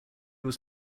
was